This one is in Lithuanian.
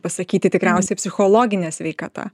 pasakyti tikriausiai psichologine sveikata